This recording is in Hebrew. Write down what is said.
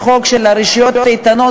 לחוק של הרשויות האיתנות,